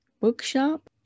Bookshop